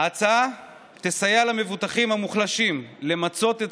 ההצעה תסייע למבוטחים המוחלשים למצות את